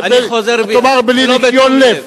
תאמר: בלי ניקיון לב.